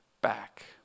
back